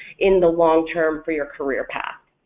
in the long term for your career path.